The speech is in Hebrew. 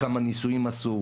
כמה ניסויים עשו,